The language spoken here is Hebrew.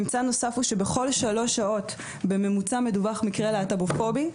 ממצא נוסף הוא שבכל שלוש שעות בממוצע מדווח מקרה להט"בופובי.